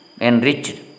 Enriched